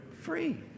free